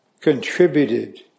contributed